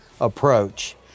approach